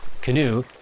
canoe